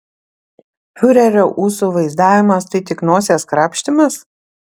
fiurerio ūsų vaizdavimas tai tik nosies krapštymas